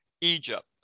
Egypt